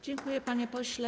Dziękuję, panie pośle.